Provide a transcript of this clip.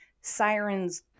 sirens